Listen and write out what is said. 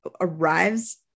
arrives